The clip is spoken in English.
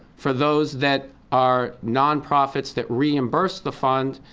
for those that are nonprofits that reimburse the fund,